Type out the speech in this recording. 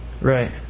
Right